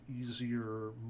easier